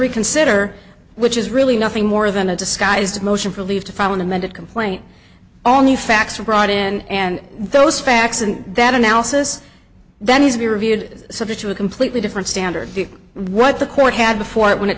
reconsider which is really nothing more than a disguised motion for leave to file an amended complaint all new facts are brought in and those facts and that analysis then he's be reviewed sort of to a completely different standard what the court had before it when it